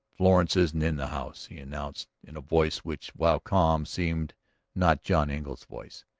florence isn't in the house, he announced in a voice which, while calm, seemed not john engle's voice.